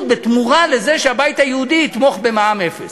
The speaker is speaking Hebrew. בתמורה לזה שהבית היהודי יתמוך במע"מ אפס.